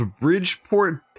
Bridgeport